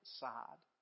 side